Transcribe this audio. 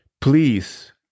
please